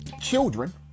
children